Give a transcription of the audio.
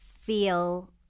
feel